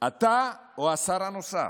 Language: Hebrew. אתה או השר הנוסף?